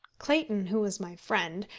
clayton, who was my friend,